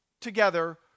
together